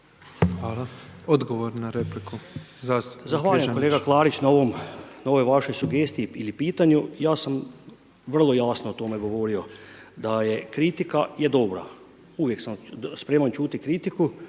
Hvala. Odgovor na repliku. **Križanić, Josip (HDZ)** Kolega Klarić, hvala na ovoj vašoj sugestiji ili pitanju. Ja sam vrlo jasno o tome govorio , da je kritika dobra, uvijek sam spreman čuti kritiku.